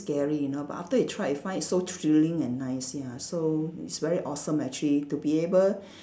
scary you know but after you tried it you find it so thrilling and nice ya so it's very awesome actually to be able